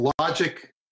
logic